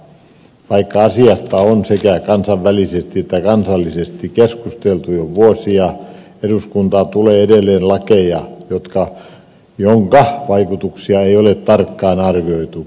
vaikka asiasta on sekä kansainvälisesti että kansallisesti keskusteltu jo vuosia eduskuntaan tulee edelleen lakeja joiden vaikutuksia ei ole tarkkaan arvioitu